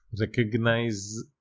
Recognize